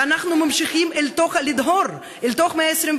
ואנחנו ממשיכים לדהור אל תוך המאה ה-21